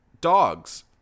dogs